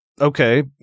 Okay